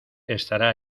estará